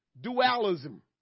dualism